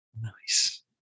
Nice